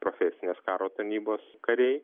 profesinės karo tarnybos kariai